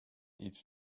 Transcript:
each